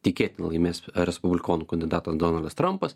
tikėtina laimės respublikonų kandidatas donaldas trampas